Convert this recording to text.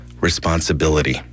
responsibility